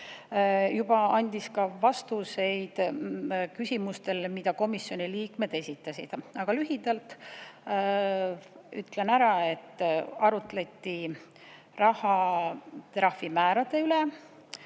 juba andis ka vastuseid küsimustele, mida komisjoni liikmed esitasid. Aga lühidalt ütlen ära, et arutleti rahatrahvimäärade üle,